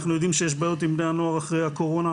אנחנו יודעים שיש בעיות עם בני הנוער אחרי הקורונה,